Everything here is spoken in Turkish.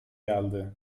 geldi